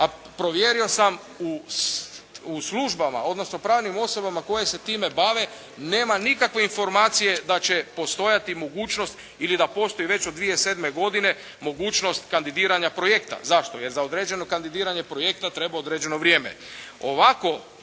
a provjerio sam u službama, odnosno pravnim osobama koje se time bave, nema nikakve informacije da će postojati mogućnost ili da postoji već od 2007. godine, mogućnost kandidiranja projekta. Zašto? Jer za određeno kandidiranje projekta treba određeno vrijeme. Ovakav